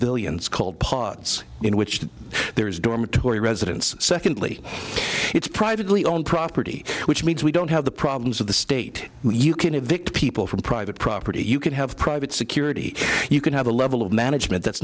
pavilions called pots in which there is dormitory residence secondly it's privately owned property which means we don't have the problems of the state you can evict people from private property you can have private security you can have a level of management that's